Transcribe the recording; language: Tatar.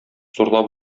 зурлап